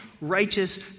righteous